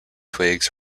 twigs